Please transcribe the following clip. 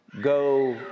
go